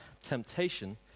temptation